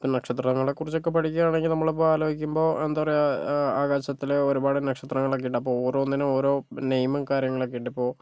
ഇപ്പൊൾ നക്ഷത്രങ്ങളെ കുറിച്ചൊക്കെ പഠിക്കുകയാണെങ്കിൽ നമ്മൾ ഇപ്പൊൾ ആലോചിക്കുമ്പോൾ എന്താ പറയുക ആകാശത്തിലെ ഒരുപാട് നക്ഷത്രങ്ങളൊക്കെയുണ്ട് അപ്പൊൾ ഓരോന്നിനും ഓരോ നെയിമും കാര്യങ്ങളൊക്കെയുണ്ട് ഇപ്പൊൾ